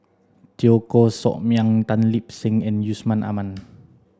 Teo Koh Sock Miang Tan Lip Seng and Yusman Aman